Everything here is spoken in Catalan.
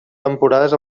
temporades